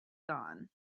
gone